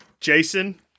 Jason